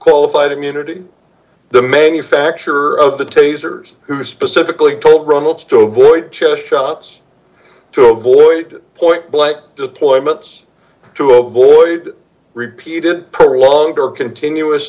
qualified immunity the manufacturer of the tasers who specifically told runnels to avoid chest shots to avoid point blank deployments to avoid repeated poor longer continuous